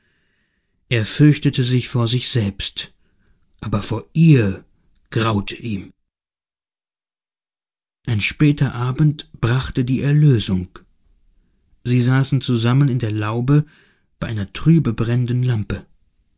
er fürchtete sich vor sich selbst aber vor ihr graute ihm ein später abend brachte die erlösung sie saßen zusammen in der laube bei einer trübe brennenden lampe